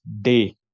day